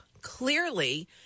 Clearly